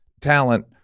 talent